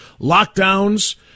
lockdowns